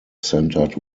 centered